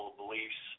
beliefs